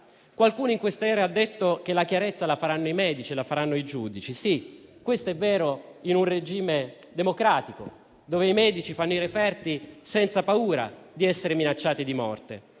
Qualcuno in questa era ha detto che la chiarezza la faranno i medici, la faranno i giudici. Sì, questo è vero in un regime democratico, dove i medici fanno i referti senza paura di essere minacciati di morte.